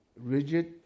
rigid